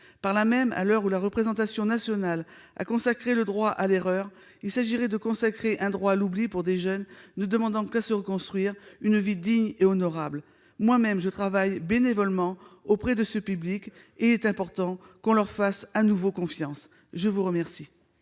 Par là même, à l'heure où la représentation nationale a consacré le droit à l'erreur, il s'agirait de consacrer un droit à l'oubli pour des jeunes ne demandant qu'à se reconstruire une vie digne et honorable. Je travaille bénévolement auprès de ce public et je sais qu'il est important de leur faire de nouveau confiance. La parole